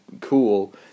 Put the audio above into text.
cool